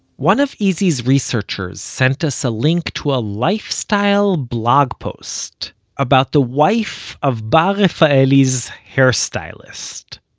one of izi's researchers sent us a link to a lifestyle blogpost about the wife of bar refaeli's hairstylist.